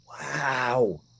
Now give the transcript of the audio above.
Wow